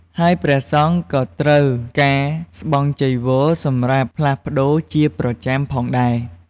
ហើយព្រះសង្ឃក៏ត្រូវការស្បង់ចីវរសម្រាប់ផ្លាស់ប្ដូរជាប្រចាំផងដែរ។